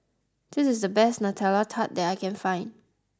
this is the best Nutella Tart that I can find